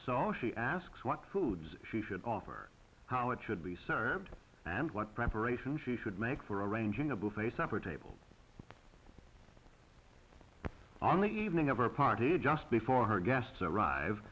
so asks what foods she should offer how it should be served and what preparation she should make for a arranging a buffet supper table on the evening of our party just before her guests arrive